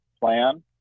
plan